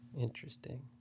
Interesting